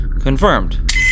Confirmed